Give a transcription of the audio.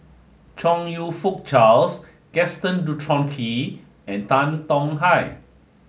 Chong You Fook Charles Gaston Dutronquoy and Tan Tong Hye